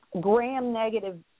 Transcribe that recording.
gram-negative